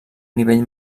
nivell